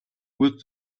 with